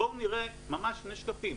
בואו נראה ממש שני שקפים.